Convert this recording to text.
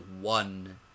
one